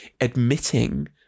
admitting